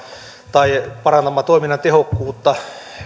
tai parantamaan toiminnan tehokkuutta